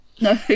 No